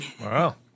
wow